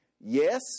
Yes